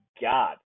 god